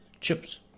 chips